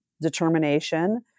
determination